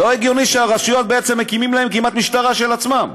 זה לא הגיוני שהרשויות בעצם מקימות להן כמעט משטרה של עצמן.